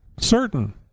certain